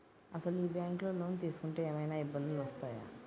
అసలు ఈ బ్యాంక్లో లోన్ తీసుకుంటే ఏమయినా ఇబ్బందులు వస్తాయా?